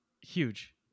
huge